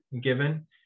given